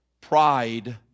pride